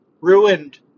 ruined